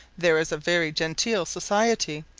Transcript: there is a very genteel society,